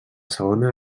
segona